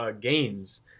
games